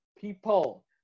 people